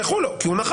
ויפתחו לו כי הוא נכח.